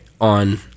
on